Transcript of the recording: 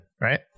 right